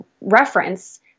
reference